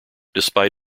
despite